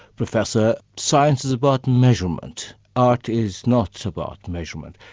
professor, science is about measurement art is not about measurement.